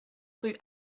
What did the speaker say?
rue